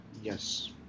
yes